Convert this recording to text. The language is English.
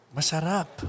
Masarap